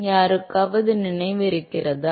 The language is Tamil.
யாருக்காவது நினைவிருக்கிறதா